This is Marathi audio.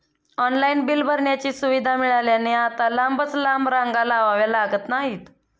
ऑनलाइन बिल भरण्याची सुविधा मिळाल्याने आता लांबच लांब रांगा लावाव्या लागत नाहीत